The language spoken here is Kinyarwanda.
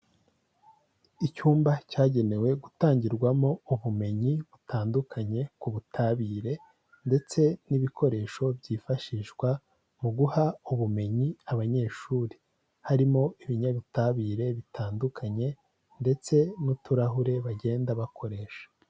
Icyumba cyagenewe gutangirwamo ubumenyi butandukanye ku butabire ndetse n'ibikoresho byifashishwa mu guha ubumenyi abanyeshuri. Harimo ibinyabutabire bitandukanye ndetse n'uturahure bagenda bakoresha.